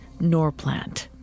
Norplant